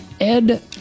ed